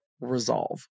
resolve